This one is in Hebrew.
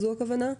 זאת הכוונה?